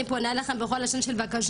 אני פונה אליכם בכל לשון של בקשה,